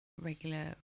regular